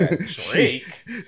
Drake